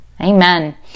Amen